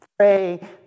Pray